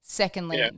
secondly